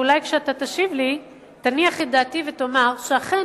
ואולי כשאתה תשיב לי תניח את דעתי ותאמר שאכן